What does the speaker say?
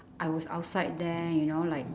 I was outside there you know like